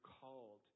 called